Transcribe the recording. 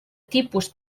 tipus